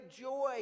joy